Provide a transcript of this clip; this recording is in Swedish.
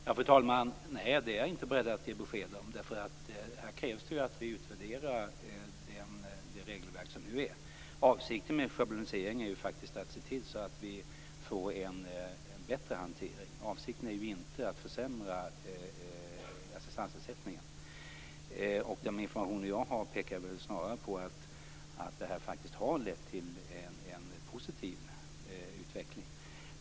Fru talman! Nej, det är jag inte beredd att ge besked om. Här krävs det att vi utvärderar det regelverk som finns. Avsikten med schabloniseringen är ju faktiskt att se till att vi får en bättre hantering. Avsikten är inte att försämra assistansersättningen. Den information jag har pekar snarare på att det här faktiskt har lett till en positiv utveckling.